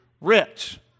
rich